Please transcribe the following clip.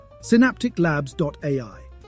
synapticlabs.ai